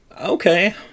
Okay